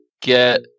get